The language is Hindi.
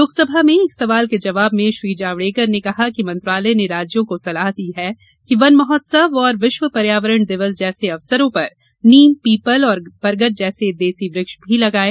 लोकसभा में एक सवाल के जवाब में श्री जावड़ेकर ने कहा कि मंत्रालय ने राज्यों को सलाह दी है कि वन महोत्सव और विश्व पर्यावरण दिवस जैसे अवसरों पर नीम पीपल और बरगद जैसे देसी वृक्ष भी लगाएं